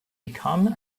become